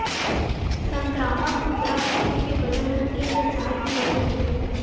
संकरामक कुकरा कुकरी के बजन ह तीन ले चार किलो के होथे